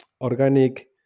organic